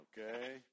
Okay